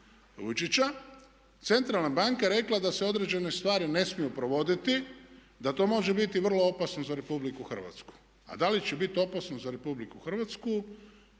Vujčića, centralna banka rekla da se određene stvari ne smiju provoditi, da to može biti vrlo opasno za Republiku Hrvatsku. A da li će biti opasno za RH o tom